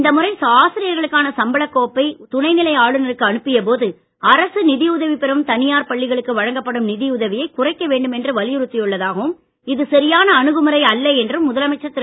இந்த முறை ஆசிரியர்களுக்கான சம்பளக் கோப்பை துணை நிலை ஆளுநருக்கு அனுப்பிய போது அரசுநிதியுதவி பெறும் தனியார் உதவி பெறும் பள்ளிகளுக்கு வழங்கப்படும் நிதியுதவியை குறைக்க வேண்டுமென்று வலியுறுத்தியுள்ளதாகவும் இது சரியான அணுகுமுறை அல்ல என்றும் முதலமைச்சர் திரு